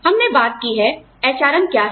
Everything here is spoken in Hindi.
हमने बात की है HRM क्या है